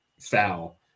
foul